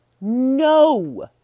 no